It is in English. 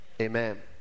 Amen